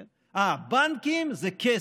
כן, אה, בנקים זה כסף.